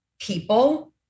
people